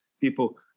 people